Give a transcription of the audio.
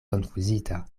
konfuzita